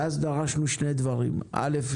ואז דרשנו שני דברים אל"ף,